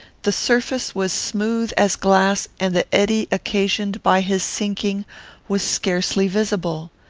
the surface was smooth as glass, and the eddy occasioned by his sinking was scarcely visible.